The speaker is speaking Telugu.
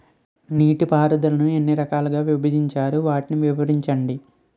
నీటిపారుదల ఎన్ని రకాలుగా విభజించారు? వాటి వివరించండి?